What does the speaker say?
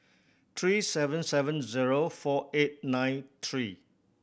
three seven seven zero four eight nine three